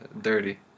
Dirty